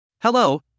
Hello